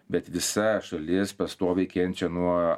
bet visa šalis pastoviai kenčia nuo